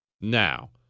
Now